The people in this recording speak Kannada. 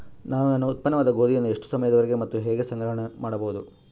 ನಾನು ನನ್ನ ಉತ್ಪನ್ನವಾದ ಗೋಧಿಯನ್ನು ಎಷ್ಟು ಸಮಯದವರೆಗೆ ಮತ್ತು ಹೇಗೆ ಸಂಗ್ರಹಣೆ ಮಾಡಬಹುದು?